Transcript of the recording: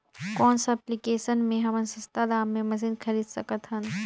कौन सा एप्लिकेशन मे हमन सस्ता दाम मे मशीन खरीद सकत हन?